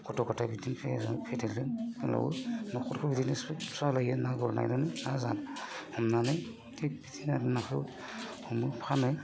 गथ' गथाइ बिदिनो फेदेरो फोलावो न'खरखौ बिदिनो सालायो ना गुरनायजों ना हमनानै थिग बिदिनो नाखौ हमो फानो